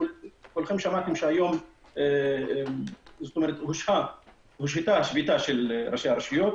שמעתם שהיום הושהתה שביתה של ראשי הרשויות